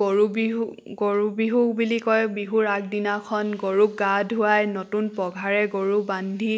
গৰু বিহু গৰু বিহু বুলি কয় বিহুৰ আগদিনাখন গৰুক গা ধুৱাই নতুন পঘাৰে গৰুক বান্ধি